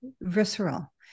visceral